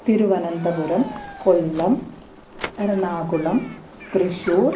Thiruvananthapuram Kollam Ernakulam Thrissur